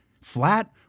flat